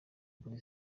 kuri